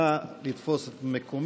נא לתפוס את מקומך.